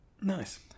Nice